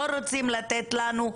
לא רוצים לתת לנו.